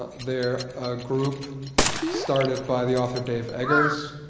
they are a group started by the author dave eggers.